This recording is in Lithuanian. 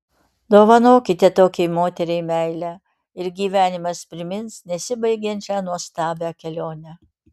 dovanokite tokiai moteriai meilę ir gyvenimas primins nesibaigiančią nuostabią kelionę